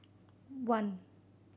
one